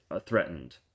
threatened